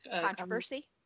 controversy